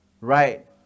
Right